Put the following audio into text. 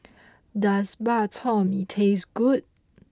does Bak Chor Mee taste good